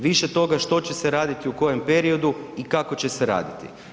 Više toga što će se raditi u kojem periodu i kako će se raditi.